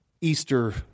Easter